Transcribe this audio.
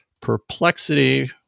perplexity